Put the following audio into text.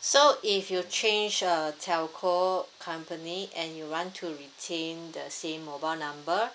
so if you change uh telco company and you want to retain the same mobile number